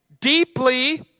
deeply